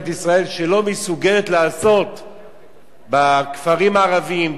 ישראל שלא מסוגלת לעשות בכפרים הערביים,